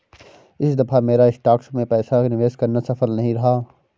इस दफा मेरा स्टॉक्स में पैसा निवेश करना सफल नहीं रहा